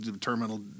terminal